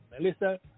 Melissa